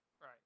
Right